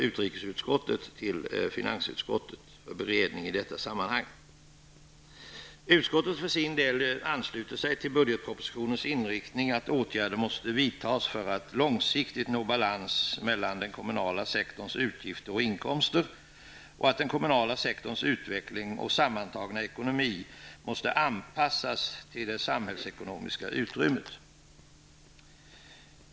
Utskottet ansluter sig till budgetpropositionens inriktning, att åtgärder måste vidtas för att långsiktigt nå balans mellan den kommunala sektorns utgifter och inkomster och att den kommunala sektorns utveckling och sammantagna ekonomi måste anpassas till det samhällsekonomiska utrymmet.